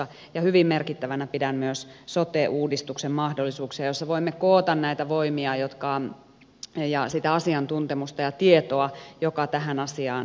ja hyvin merkittävänä pidän myös sote uudistuksen mahdollisuuksia joissa voimme koota näitä voimia ja sitä asiantuntemusta ja tietoa joka tähän asiaan liittyy